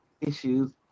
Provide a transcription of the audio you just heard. issues